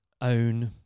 own